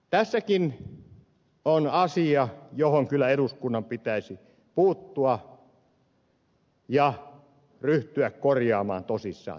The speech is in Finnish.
tässäkin on asia johon kyllä eduskunnan pitäisi puuttua ja pitäisi ryhtyä korjaamaan tosissaan tätä ongelmaa